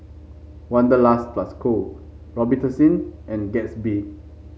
Wanderlust Plus Co Robitussin and Gatsby